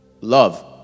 Love